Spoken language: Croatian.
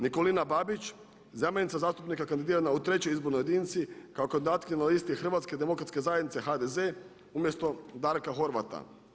Nikolina Babić zamjenica zastupnika kandidirana u trećoj izbornoj jedinici kao kandidatkinja na listi Hrvatske demokratske zajednice HDZ umjesto Darka Horvata.